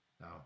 No